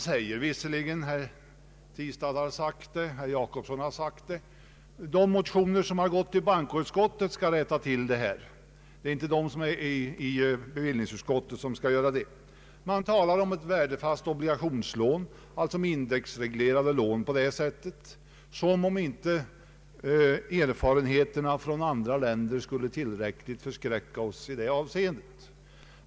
Herr Tistad och herr Gösta Jacobsson säger visserligen att de motioner som hänvisats till bankoutskottet skall rätta till detta — inte de som har behandlats av bevillningsutskottet. Man talar om ett värdefast, d.v.s. indexreglerat, obligationslån. Som om inte erfarenheterna från andra länder skulle tillräckligt förskräcka oss i det avseendet.